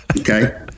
Okay